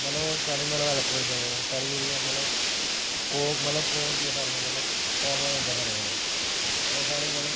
मतलब ओह् साढ़ी मदाद करी सकदे आं साढ़ी मतलब ओह् होंदी मतलब साढ़े पर कॉनवाय होंदा ऐ साढ़े कन्नै होर साढ़ी मतलब